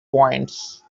points